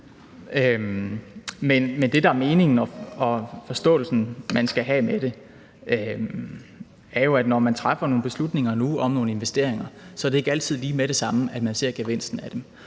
er meningen og forståelsen, man skal have med det, er jo, at når man træffer nogle beslutninger nu om nogle investeringer, er det ikke altid lige med det samme, at man ser gevinsten af dem.